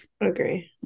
Agree